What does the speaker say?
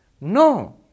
No